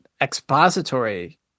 expository